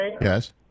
Yes